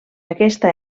aquesta